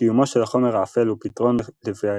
קיומו של החומר האפל הוא פתרון לבעיית